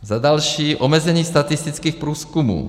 Za další, omezení statistických průzkumů.